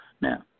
now